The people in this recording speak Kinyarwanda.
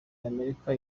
y’amerika